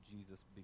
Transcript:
Jesus